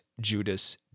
Judas